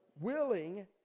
willing